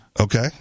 Okay